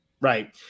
right